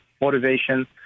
motivation